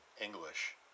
English